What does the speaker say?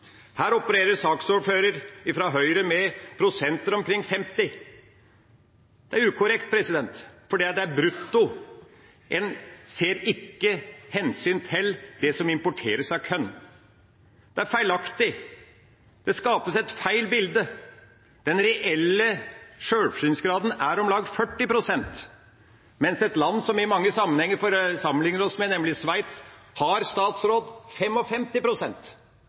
Her opererer saksordføreren, fra Høyre, med prosenter omkring 50. Det er ukorrekt, for det er brutto. En tar ikke hensyn til det som importeres av korn. Det er feilaktig, det skapes et feil bilde. Den reelle sjølforsyningsgraden er på om lag 40 pst., mens den i et land som vi i mange sammenhenger sammenligner oss med, nemlig Sveits,